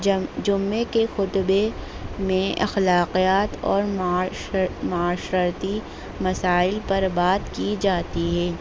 جمعے کے خطبے میں اخلاقیات اور معاشرتی مسائل پر بات کی جاتی ہے